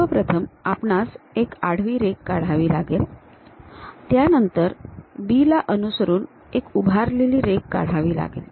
सर्वप्रथम आपणास एक आडवी रेघ काढावी लागेल त्यानंतर B ला अनुसरून एक उभारलेली रेघ काढावी लागेल